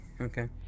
okay